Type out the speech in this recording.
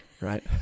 Right